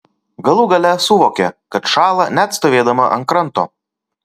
galų gale suvokė kad šąla net stovėdama ant kranto